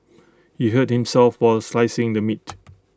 he hurt himself while slicing the meat